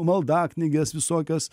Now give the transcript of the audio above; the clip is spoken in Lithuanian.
maldaknyges visokias